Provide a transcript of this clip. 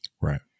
Right